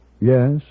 Yes